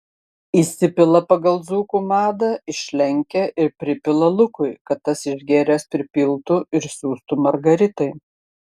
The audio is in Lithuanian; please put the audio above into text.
įsipila pagal dzūkų madą išlenkia ir pripila lukui kad tas išgėręs pripiltų ir siųstų margaritai